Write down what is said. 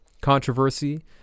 controversy